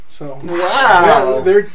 Wow